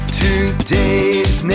today's